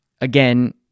again